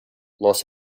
los